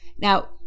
Now